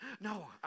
No